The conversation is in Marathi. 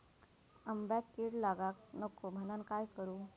आंब्यक कीड लागाक नको म्हनान काय करू?